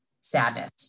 sadness